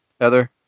Heather